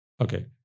okay